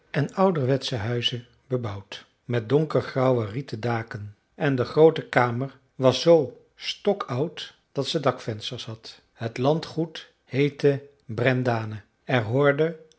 en ouderwetsche huizen bebouwd met donkergrauwe rieten daken en de groote kamer was zoo stokoud dat ze dakvensters had het landgoed heette brendane er hoorden